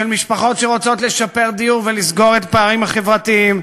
של משפחות שרוצות לשפר דיור ולסגור את הפערים החברתיים,